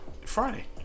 Friday